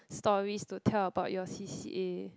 stories to tell about your C_C_A